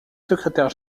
secrétaire